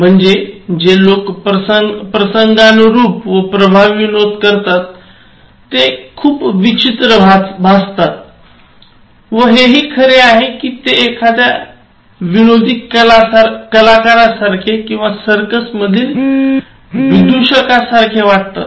म्हणून जे लोक प्रसंगानुरूप व प्रभावी विनोद करतात ते खूप विचित्र भासतात व हे हि खरे आहे कि ते एखाद्या विनोदी कलाकारासारखे किंवा सर्कस मधील विदुशकासारखे वाटतात